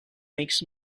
makes